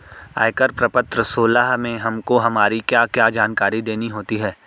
आयकर प्रपत्र सोलह में हमको हमारी क्या क्या जानकारी देनी होती है?